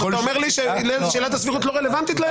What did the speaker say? אתה אומר לי ששאלת הסבירות לא רלוונטית לעניין.